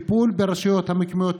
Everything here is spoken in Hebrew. טיפול ברשויות המקומיות,